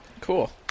Cool